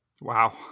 Wow